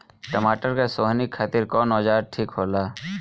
टमाटर के सोहनी खातिर कौन औजार ठीक होला?